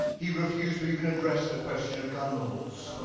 he refused to even address the question of gun laws.